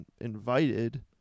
invited